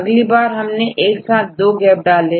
अगली बार हमने एक साथ दो गैप डालें